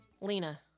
Lena